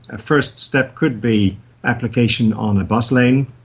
a first step could be application on a bus lane.